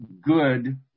good